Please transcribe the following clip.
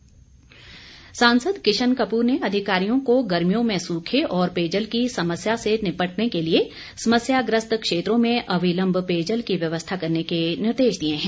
किशन कपूर सासंद किशन कपूर ने अधिकारियों को गर्मियों में सूखे और पेयजल की समस्या से निपटने के लिए समस्याग्रस्त क्षेत्रों में अविलंब पेयजल की व्यवस्था करने के निर्देश दिए हैं